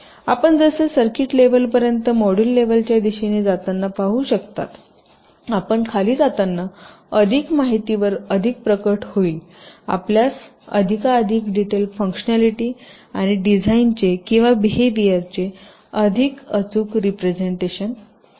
आपण जसे सर्किट लेव्हलपर्यंत मॉड्यूल लेव्हलच्या दिशेने जाताना पाहू शकता आपण खाली जाताना अधिक माहितीवर अधिक प्रकट होईल आपल्यास अधिकाधिक डिटेल फ़ंक्शनॅलिटी आणि डिझाइनचे किंवा बीहेवियरचे अधिक अचूक रीप्रेझेन्ट आहे